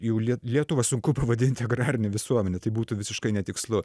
jau liet lietuvą sunku pavadinti agrarinę visuomenę tai būtų visiškai netikslu